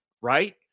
right